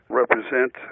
represent